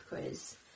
quiz